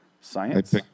Science